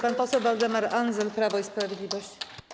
Pan poseł Waldemar Andzel, Prawo i Sprawiedliwość.